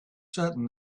certain